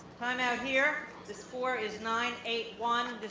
timeout here. this floor is nine eight one.